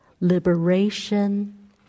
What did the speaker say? liberation